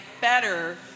better